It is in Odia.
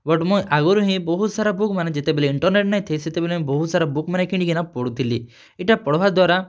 ବଟ୍ ମୁଇଁ ଆଗ୍ରୁ ହିଁ ବହୁତ୍ ସାରା ବୁକ୍ ମାନେ ଯେତେବେଲେ ଇଣ୍ଟର୍ନେଟ୍ ନାଇଁ ଥାଇ ସେତେବେଲେ ବହୁତ୍ ସାରା ବୁକ୍ ମାନେ କିଣିକିନା ପଢ଼ୁଥିଲି ଇ'ଟା ପଢ଼୍ବାର୍ ଦ୍ଵାରା